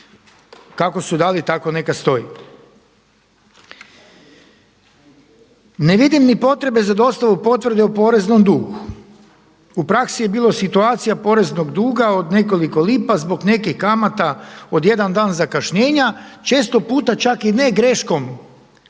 kako su dali, tako neka stoji. Ne vidim ni potrebe za dostavu potvrde o poreznom dugu. U praksi je bilo situacija poreznog duga od nekoliko lipa zbog nekih kamata od jedan dan zakašnjenja često puta čak i ne greškom poduzetnika